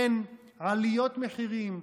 אין עליות מחירים.